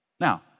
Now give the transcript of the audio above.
Now